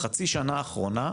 בחצי שנה האחרונה,